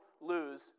lose